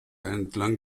entlang